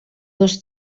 dos